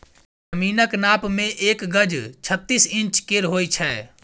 जमीनक नाप मे एक गज छत्तीस इंच केर होइ छै